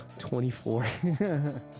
24